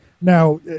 now